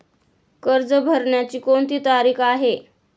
कर्ज भरण्याची कोणती तारीख आहे?